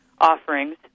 offerings